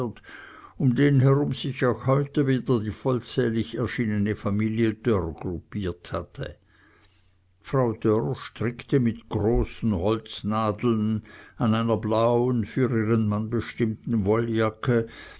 um den herum sich auch heute wieder die vollzählig erschienene familie dörr gruppiert hatte frau dörr strickte mit großen holznadeln an einer blauen für ihren mann bestimmten wolljacke